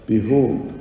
Behold